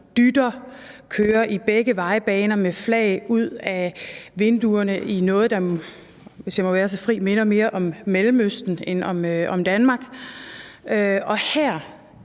dytter, kører i begge vejbaner med flag ud af vinduerne i noget, der – hvis jeg må være så fri – minder mere om Mellemøsten end om Danmark? Og her,